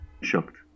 shocked